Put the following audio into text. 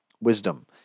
wisdom